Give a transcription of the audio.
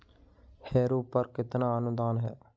Harrow पर कितना अनुदान है?